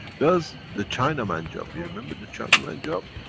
does the china man job. you remember the china man job?